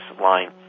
line